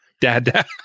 dad